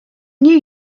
knew